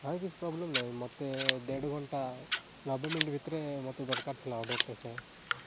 ନାହିଁ କିଛି ପ୍ରୋବ୍ଲେମ୍ ନାହିଁ ମୋତେ ଦେଢ଼ଘଣ୍ଟା ନବେ ମିନିଟ୍ ଭିତରେ ମୋତେ ଦରକାର ଥିଲା ଅର୍ଡ଼ରଟା ସାର